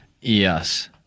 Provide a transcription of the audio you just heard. Yes